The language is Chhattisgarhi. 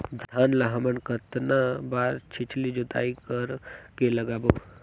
धान ला हमन कतना बार छिछली जोताई कर के लगाबो?